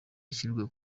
ashyirwa